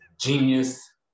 Genius